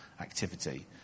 activity